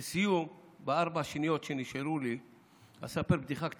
לסיום, בארבע השניות שנשארו לי אספר בדיחה קצרה.